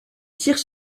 tire